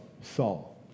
Saul